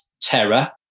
terror